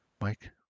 Mike